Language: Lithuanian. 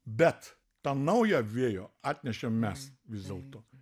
bet tą naują vėjo atnešėm mes vis dėlto